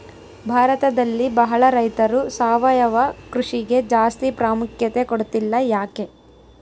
ಭಾರತದಲ್ಲಿ ಬಹಳ ರೈತರು ಸಾವಯವ ಕೃಷಿಗೆ ಜಾಸ್ತಿ ಪ್ರಾಮುಖ್ಯತೆ ಕೊಡ್ತಿಲ್ಲ ಯಾಕೆ?